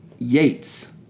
Yates